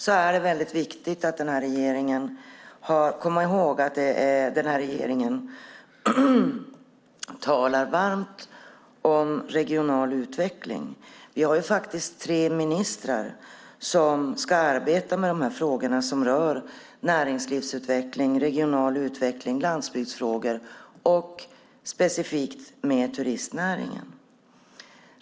Det är väldigt viktigt att komma ihåg att regeringen talar varmt om regional utveckling. Vi har faktiskt tre ministrar som ska arbeta med de frågor som rör näringslivsutveckling, regional utveckling, landsbygdsfrågor och specifikt turistnäringen.